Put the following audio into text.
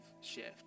shift